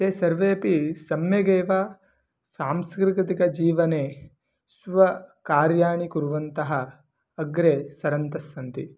ते सर्वेपि सम्यगेव सांस्कृतिकजीवने स्वकार्याणि कुर्वन्तः अग्रे सरन्तस्सन्ति